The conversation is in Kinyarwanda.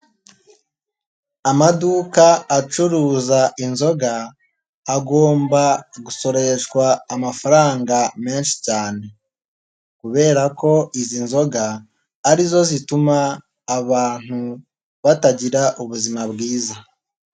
Amaduka acuruza inzoga agomba gusoreshwa amafaranga menshi cyane kubera ko izi nzoga ari zo zituma abantu batagira ubuzima bwiza.